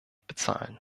bezahlen